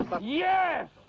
Yes